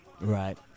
Right